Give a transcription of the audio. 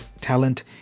talent